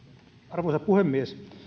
arvoisa puhemies